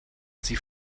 sie